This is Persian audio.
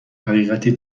حقیقتی